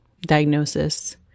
diagnosis